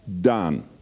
Done